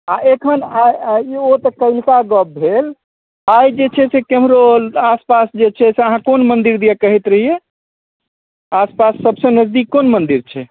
आ एखन ओ तऽ काल्हिका गप भेल आइ जे छै से केम्हरो आसपास जे छै अहाँ कोन मन्दिर दिए कहैत रहिए आसपास सभसँ नजदीक कोन मन्दिर छै